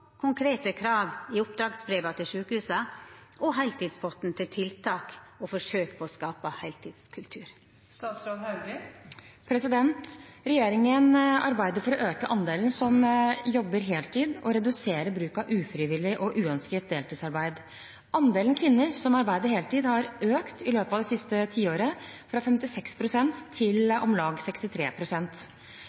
konkrete krav i oppdragsbrevene til sykehusene og heltidspotten til tiltak og forsøk på å skape heltidskultur?» Regjeringen arbeider for å øke andelen som jobber heltid, og redusere bruken av ufrivillig og uønsket deltidsarbeid. Andelen kvinner som arbeider heltid, har økt i løpet av det siste tiåret – fra 56 pst. til om lag